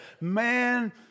Man